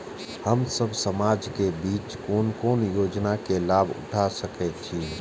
हम सब समाज के बीच कोन कोन योजना के लाभ उठा सके छी?